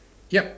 yup